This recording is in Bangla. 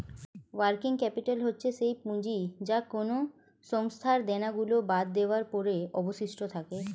ওয়ার্কিং ক্যাপিটাল হচ্ছে সেই পুঁজি যা কোনো সংস্থার দেনা গুলো বাদ দেওয়ার পরে অবশিষ্ট থাকে